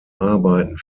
arbeiten